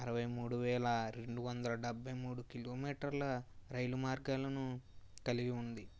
అరవై మూడు వేల రెండు వందల డెబ్బై మూడు కిలోమీటర్ల రైలు మార్గాలను కలిగి ఉంది